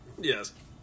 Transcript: Yes